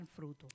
fruto